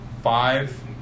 Five